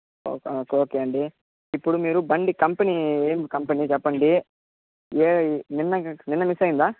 okay okay అండి ఇప్పుడు మీరు బండి కంపెనీ ఏం కంపెనీ చెప్పండి నిన్ నిన్న మిస్ అయ్యిందా